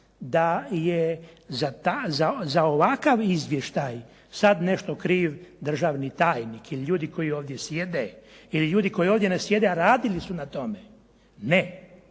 da je za ovakav izvještaj sad nešto kriv državni tajnik ili ljudi koji ovdje sjede, ili ljudi koji ovdje ne sjede, a radili su na tome. Ne.